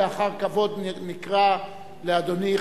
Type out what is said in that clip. לאחר כבוד נקרא לאדוני,